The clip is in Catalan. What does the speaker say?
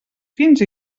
fins